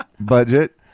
Budget